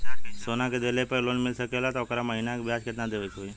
का सोना देले पे लोन मिल सकेला त ओकर महीना के ब्याज कितनादेवे के होई?